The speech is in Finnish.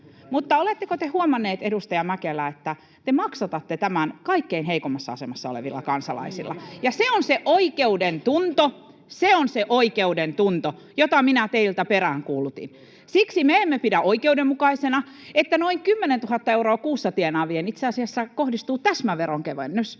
Mutta oletteko te huomannut, edustaja Mäkelä, että te maksatatte tämän kaikkein heikoimmassa asemassa olevilla kansalaisilla? Ja se on se oikeudentunto, se on se oikeudentunto, jota minä teiltä peräänkuulutin. Siksi me emme pidä oikeudenmukaisena, että noin 10 000 euroa kuussa tienaaviin itse asiassa kohdistuu täsmäveronkevennys